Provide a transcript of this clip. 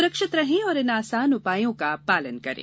सुरक्षित रहें और इन आसान उपायों का पालन करें